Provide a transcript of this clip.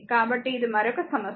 కాబట్టి ఇది మరొక సమస్య